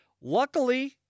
Luckily